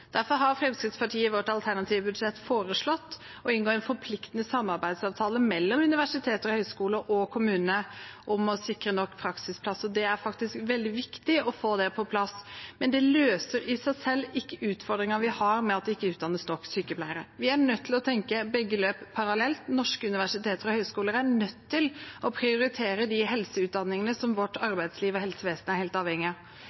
Derfor har Fremskrittspartiet i sitt alternative budsjett foreslått å inngå en forpliktende samarbeidsavtale mellom universiteter og høyskoler og kommunene om å sikre nok praksisplasser. Det er faktisk veldig viktig å få det på plass. Men det løser i seg selv ikke utfordringen vi har med at det ikke utdannes nok sykepleiere. Vi er nødt til å tenke begge løp parallelt. Norske universiteter og høyskoler er nødt til å prioritere de helseutdanningene som vårt arbeidsliv og helsevesen er helt avhengige av.